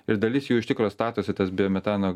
ir dalis jų iš tikro statosi tas biometano